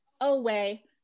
away